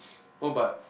oh but